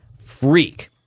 freak